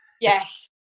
Yes